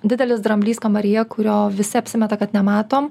didelis dramblys kambaryje kurio visi apsimeta kad nematom